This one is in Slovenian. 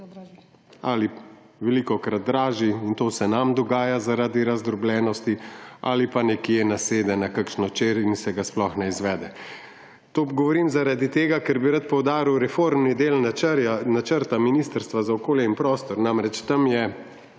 velikokrat dražji – in to se nam dogaja zaradi razdrobljenosti – ali pa nekje nasede na kakšno čer in se ga sploh ne izvede. To govorim zaradi tega, ker bi rad poudaril reformni del načrta Ministrstva za okolje in prostor. Namreč, tam je